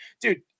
dude